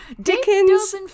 Dickens